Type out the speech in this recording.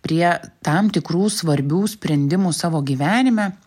prie tam tikrų svarbių sprendimų savo gyvenime